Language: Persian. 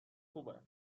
خوبه